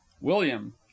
william